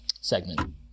segment